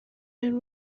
and